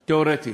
תיאורטית,